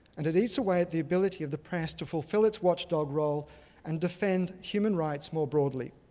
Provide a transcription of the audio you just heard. and it eats away at the ability of the press to fulfill its watchdog role and defend human rights more broadly.